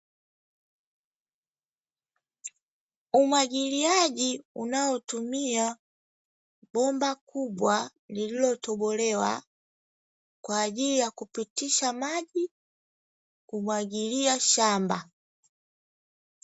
Umwagiliaji unaotumia bomba kubwa lililotobolewa kwa ajili ya kupitisha maji, kumwagilia shamba.